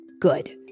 Good